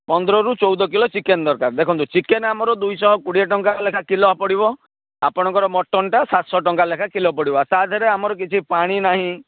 ପନ୍ଦରରୁ ଚଉଦ kilo chicken ଦରକାର ଦେଖନ୍ତୁ ଚିକେନ୍ ଆମର ଦୁଇଶହ କୋଡ଼ିଏ ଟଙ୍କା ଲେଖାଏଁ କିଲୋ ପଡ଼ିବ ଆପଣଙ୍କର ମଟନ୍ଟା ସାତଶହ ଟଙ୍କା ଲେଖାଏଁ କିଲୋ ପଡ଼ିବ ତା ଦେହର ଆମର କିଛି ପାଣି ନାହିଁ